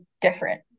different